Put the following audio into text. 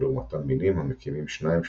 ולעומתם מינים המקימים שניים,